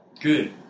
Good